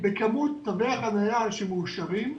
בכמות תווי החנייה שמאושרים,